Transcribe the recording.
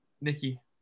Nikki